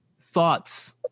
thoughts